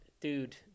dude